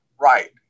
Right